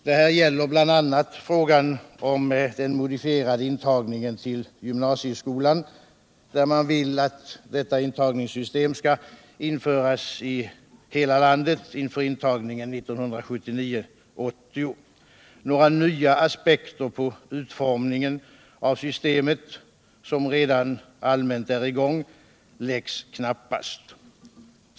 Det här gäller bl.a. frågan om der modifierade intagningen till gymnasieskolan, där man vill att detta intagningssystem skall införas i hela landet inför intagningen 1979/80. Några nya aspekter på utformningen av systemet, som redan allmänt är i gång, anläggs knappast.